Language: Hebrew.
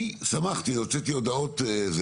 אני שמחתי, הוצאתי הודעות.